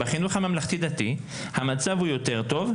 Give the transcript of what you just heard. בחינוך הממלכתי-דתי המצב הוא יותר טוב,